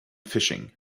fishing